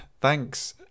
Thanks